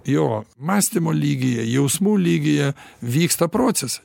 jo mąstymo lygyje jausmų lygyje vyksta procesai